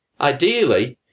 Ideally